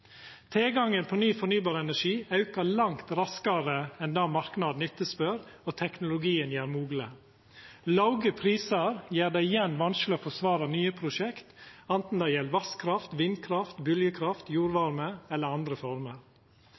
Tilgangen på ny fornybar energi aukar langt raskare enn marknaden etterspør han og teknologien gjer mogleg. Låge prisar gjer det igjen vanskeleg å forsvara nye prosjekt, anten det gjeld vasskraft, vindkraft, bølgjekraft, jordvarme eller andre former.